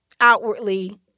outwardly